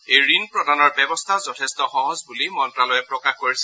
এই ঋণ প্ৰদানৰ ব্যৱস্থা যথেষ্ট সহজ বুলি মন্ত্যালয়ে প্ৰকাশ কৰিছে